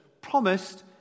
promised